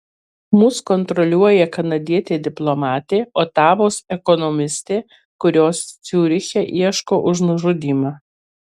mus kontroliuoja kanadietė diplomatė otavos ekonomistė kurios ciuriche ieško už nužudymą